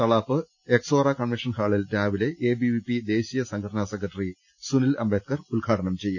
Thalap Exora convention ഹാളിൽ രാവിലെ എബിവിപി ദേശീയ സംഘടനാ സെക്രട്ടറി സുനിൽ അംബേദ്കർ ഉദ്ഘാടനം ചെയ്യും